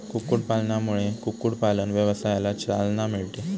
कुक्कुटपालनामुळे कुक्कुटपालन व्यवसायाला चालना मिळते